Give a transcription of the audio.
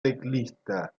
teclista